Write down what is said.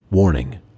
Warning